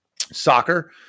soccer